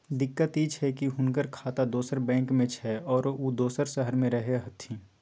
दिक्कत इ छै की हुनकर खाता दोसर बैंक में छै, आरो उ दोसर शहर में रहें छथिन